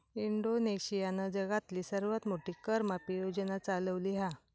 इंडोनेशियानं जगातली सर्वात मोठी कर माफी योजना चालवली हा